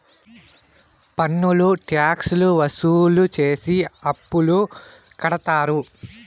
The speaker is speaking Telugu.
పన్నులు ట్యాక్స్ లు వసూలు చేసి అప్పులు కడతారు